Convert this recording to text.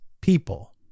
people